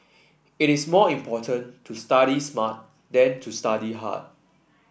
it is more important to study smart than to study hard